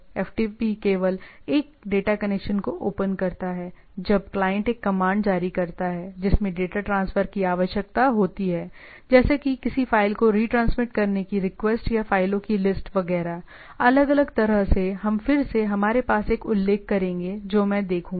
FTP केवल एक data connection को ओपन करता है जब क्लाइंट एक कमांड जारी करता है जिसमें डेटा ट्रांसफर की आवश्यकता होती है जैसे कि किसी फाइल को रिट्रांसमिट करने की रिक्वेस्ट या फाइलों की लिस्ट वगैरह अलग अलग तरह से हम फिर से हमारे पास एक उल्लेख करेंगे जो मैं देखूंगा